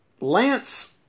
Lance